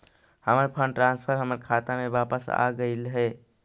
हमर fund transfer हमर खाता में वापस आगईल हे